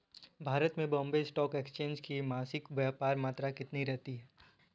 भारत में Bombay stock exchange की मासिक व्यापार मात्रा कितनी रहती है?